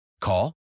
Call